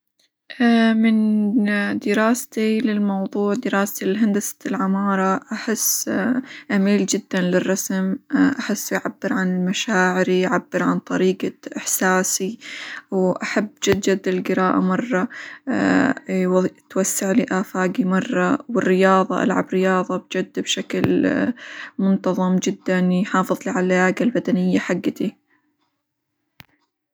أ من دراستي للموضوع دراستي لهندسة العمارة أحس أميل جدًا للرسم أحسه يعبر عن مشاعري، يعبر عن طريقة إحساسي، وأحب جد جد القراءة مرة توسع لي آفاقي مرة، والرياظة ألعب رياظة بجد بشكل منتظم جدًا يحافظ على اللياقة البدنية حقتي.